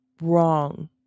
wrong